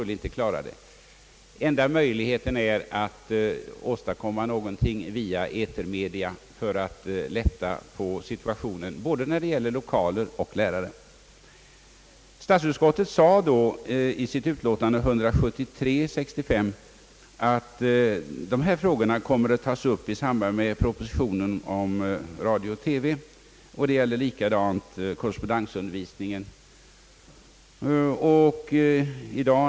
Enda möjligheten att åstadkomma någonting synes vara att via etermedia lätta på situationen både när det gäller lokaler och lärare. Statsutskottet skrev i sitt utlåtande nr 173 år 1965 att dessa frågor kommer att tas upp i samband med propositionen om radio och TV. Samma sak gällde korrespondensundervisningen.